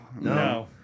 no